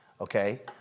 Okay